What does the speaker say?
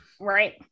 right